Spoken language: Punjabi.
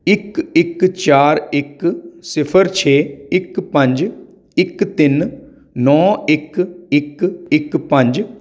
ਇੱਕ ਇੱਕ ਚਾਰ ਇੱਕ ਸਿਫ਼ਰ ਛੇ ਇੱਕ ਪੰਜ ਇੱਕ ਤਿੰਨ ਨੌ ਇੱਕ ਇੱਕ ਇੱਕ ਪੰਜ